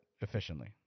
efficiently